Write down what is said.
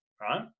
right